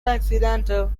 accidental